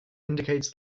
indicates